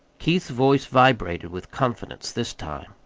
keith's voice vibrated with confidence this time.